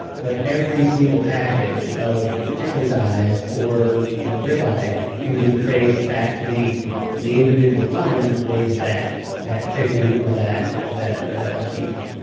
but every single package of you know chicken thighs or rib eye can be traced back to the the individual farm that raised that that chicken or that that beef